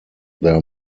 their